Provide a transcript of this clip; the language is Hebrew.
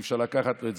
ואי-אפשר לקחת לו את זה,